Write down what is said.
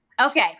Okay